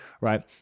Right